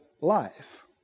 life